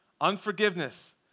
Unforgiveness